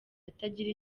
atagira